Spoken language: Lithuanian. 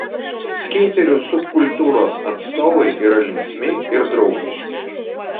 skeiterių subkultūros atstovai yra linksmi ir draugiški